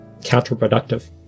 counterproductive